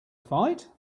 fight